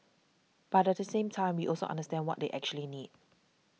but at the same time we also understand what they actually need